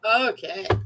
Okay